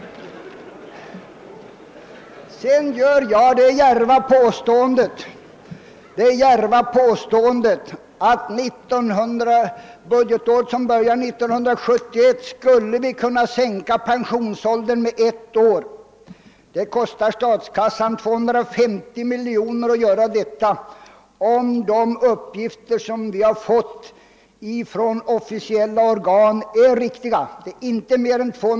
Sedan gör jag det djärva påståendet att man det budgetår som börjar 1971 skulle kunna sänka pensionsåldern med ett år. Det kostar statskassan 250 miljoner kronor, om de uppgifter som vi fått från officiella organ är riktiga.